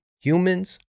humans